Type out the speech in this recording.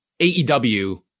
AEW